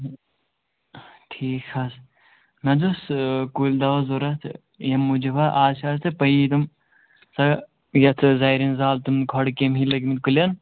ٹھیٖک حظ مےٚ حظ اوس کُلۍ دَوا ضروٗرت ییٚمہِ موٗجوٗب حظ اَز چھِ حظ تۅہہِ پیی تِم سۄ یَتھ زرٮ۪ن زال تِم کھۄڈٕ کیٚمۍ ہِوۍ لٔگۍمٕتۍ کُلٮ۪ن